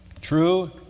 true